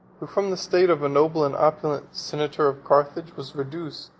from the state of a noble and opulent senator of carthage, was reduced,